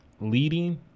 leading